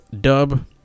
dub